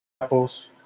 apples